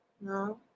no